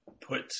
put